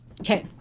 okay